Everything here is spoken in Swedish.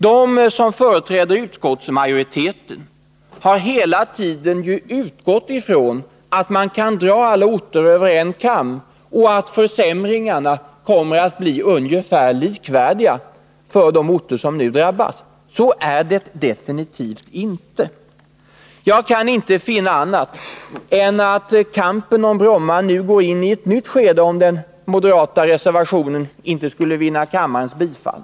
De som företräder utskottsmajoriteten har hela tiden utgått från att man kan dra alla orter över en kam och att försämringarna kommer att bli ungefär likvärdiga för de orter som drabbas. Så är det absolut inte. Jag kan inte finna annat än att kampen om Bromma nu går in i ett nytt skede, om den moderata reservationen inte skulle vinna kammarens bifall.